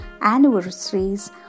anniversaries